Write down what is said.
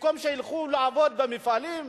במקום שילכו לעבוד במפעלים,